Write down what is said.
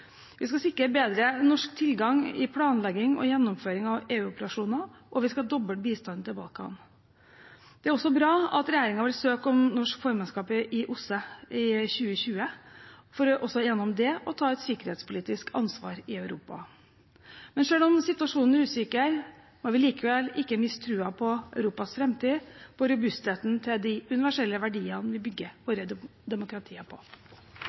Vi skal sikre bedre norsk tilgang i planlegging og gjennomføring av EU-operasjoner, og vi skal doble bistanden til Balkan. Det er også bra at regjeringen vil søke om norsk formannskap i OSSE i 2020, for også gjennom det å ta et sikkerhetspolitisk ansvar i Europa. Selv om situasjonen er usikker, må vi likevel ikke miste troen på Europas framtid og robustheten til de universelle verdiene vi bygger våre demokratier på.